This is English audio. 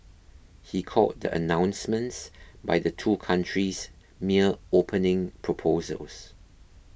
he called the announcements by the two countries mere opening proposals